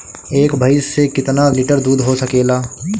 एक भइस से कितना लिटर दूध हो सकेला?